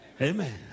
Amen